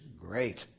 great